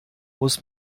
muss